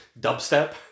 dubstep